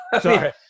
Sorry